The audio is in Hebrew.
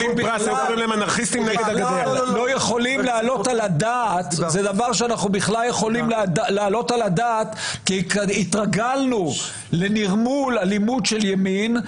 הרי אנחנו לא יכולים לעלות על הדעת כי התרגלנו לנרמול אלימות של ימין,